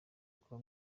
uko